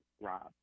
Rob